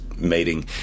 Mating